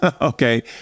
Okay